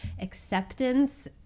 acceptance